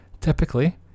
Typically